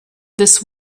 this